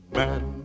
man